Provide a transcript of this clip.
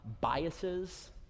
biases